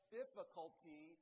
difficulty